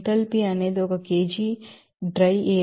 enthalpy అనేది 1 kg పొడి గాలి మరియు 0